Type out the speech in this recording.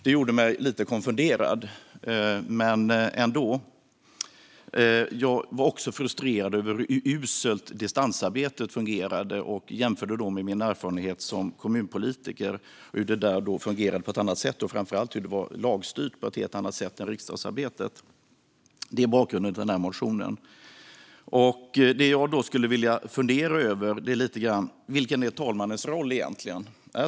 Det gjorde mig lite konfunderad. Jag var också frustrerad över hur uselt distansarbetet fungerade och kunde jämföra med min erfarenhet som kommunpolitiker. Där fungerade det på ett annat sätt och framför allt var det lagstyrt på ett helt annat sätt än riksdagsarbetet. Det är bakgrunden till denna motion. Vad jag funderar över är vad talmannens roll egentligen är.